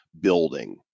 building